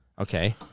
okay